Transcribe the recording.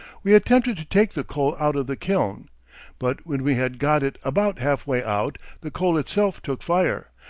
we attempted to take the coal out of the kiln but when we had got it about half-way out, the coal itself took fire,